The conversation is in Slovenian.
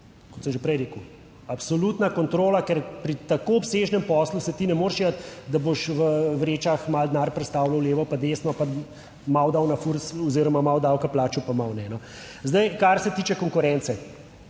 kot sem že prej rekel, absolutna kontrola, ker pri tako obsežnem poslu se ti ne moreš iti, da boš v vrečah malo denar prestavlja levo, pa desno, pa malo dal na FURS oziroma malo davka plačal, pa malo ne. Zdaj, kar se tiče konkurence.